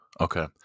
Okay